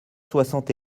soixante